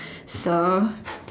so